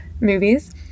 movies